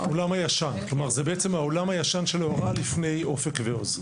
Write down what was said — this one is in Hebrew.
העולם הישן של ההוראה לפני אופק ועוז.